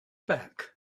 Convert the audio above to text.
back